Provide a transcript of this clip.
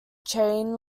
train